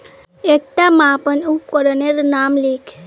एकटा मापन उपकरनेर नाम लिख?